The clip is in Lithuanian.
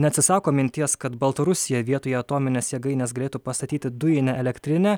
neatsisako minties kad baltarusija vietoj atominės jėgainės galėtų pastatyti dujinę elektrinę